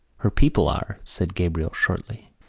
her people are, said gabriel shortly.